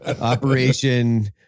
Operation